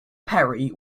perry